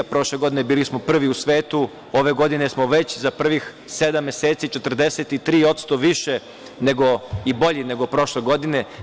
Prošle godine bili smo prvi u svetu, ove godine smo već za prvih sedam meseci 43% više i bolji nego prošle godine.